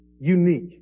unique